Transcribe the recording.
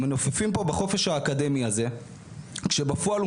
מנופפים פה בחופש האקדמי הזה כשבפועל הוא